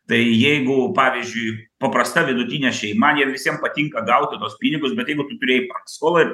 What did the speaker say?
tai jeigu pavyzdžiui paprasta vidutinė šeima jiem visiem patinka gauti tuos pinigus bet jeigu tu turėjai paskolą ir